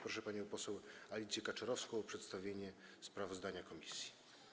Proszę panią poseł Alicję Kaczorowską o przedstawienie sprawozdania komisji.